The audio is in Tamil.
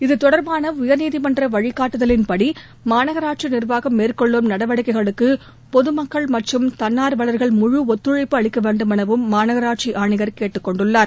இது தொடர்பான உயர்நீதிமன்ற வழிகாட்டுதலின்படி மாநகராட்சி நிர்வாகம் மேற்கொள்ளும் நடவடிக்கைகளுக்கு பொதுமக்கள் மற்றும் தன்னார்வள்கள் முழு ஒத்துழைப்பு அளிக்க வேண்டுமெனவும் மாநகராட்சி ஆணையர் கேட்டுக் கொண்டுள்ளார்